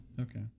okay